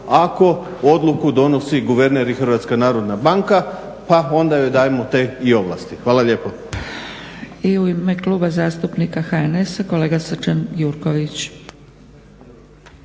ako odluku donosi guverner i Hrvatska narodna banka, pa onda joj dajmo te i ovlasti. Hvala lijepo.